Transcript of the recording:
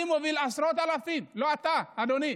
אני מוביל עשרות אלפים, לא אתה, אדוני.